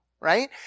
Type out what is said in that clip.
Right